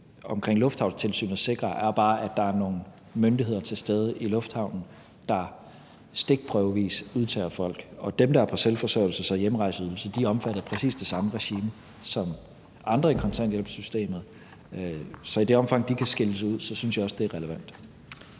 om lufthavnstilsynet sikrer, er bare, at der er nogle myndigheder til stede i lufthavnen, der stikprøvevis udtager folk, og dem, der er på selvforsørgelses- og hjemrejseydelse, er omfattet af præcis det samme regime som andre i kontanthjælpssystemet. Så i det omfang, de kan skilles ud, synes jeg også, det er relevant.